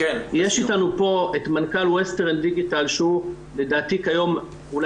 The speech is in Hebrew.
יש איתנו פה את מנכ"ל ווסטרן דיגיטל שהוא לדעתי כיום אולי